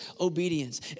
obedience